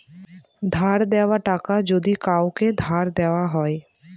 ধার দেওয়া টাকা যদি কাওকে ধার দেওয়া হয়